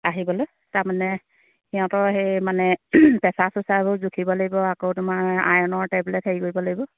আহিবলৈ তাৰমানে সিহঁতৰ সেই মানে প্ৰেছাৰ চ্ৰেছাৰবোৰ জুখিব লাগিব আকৌ তোমাৰ আইৰণৰ টেবলেট হেৰি কৰিব লাগিব